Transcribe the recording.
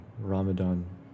ramadan